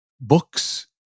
books